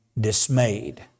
dismayed